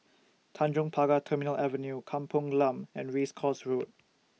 Tanjong Pagar Terminal Avenue Kampung Glam and Race Course Road